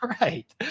Right